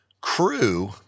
crew